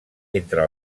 entre